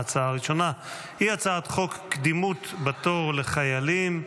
ההצעה הראשונה היא הצעת חוק קדימות בתור לחיילים,